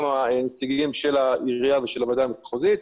הנציגים של העירייה ושל הוועדה המחוזית.